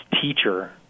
teacher